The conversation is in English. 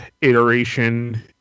iteration